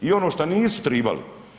I ono šta nisu trebali.